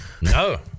no